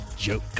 joke